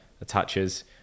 attaches